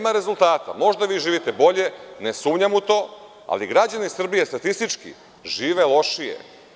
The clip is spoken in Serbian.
Možda vi živite bolje, ne sumnjam u to, ali građani Srbije statistički žive lošije.